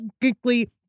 Technically